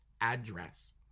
address